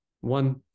one